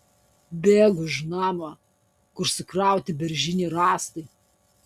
bėgu už namo kur sukrauti beržiniai rąstai